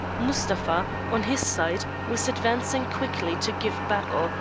mustapha, on his side, was advancing quickly to give battle,